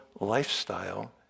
lifestyle